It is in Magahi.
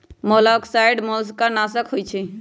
मोलॉक्साइड्स मोलस्का नाशक होइ छइ